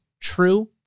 true